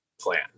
plan